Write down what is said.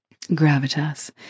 gravitas